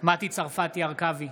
מטי צרפתי הרכבי,